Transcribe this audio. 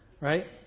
right